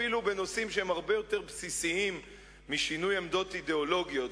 אפילו בנושאים שהם הרבה יותר בסיסיים משינוי עמדות אידיאולוגיות,